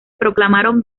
proclamaron